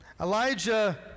Elijah